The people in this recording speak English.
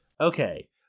Okay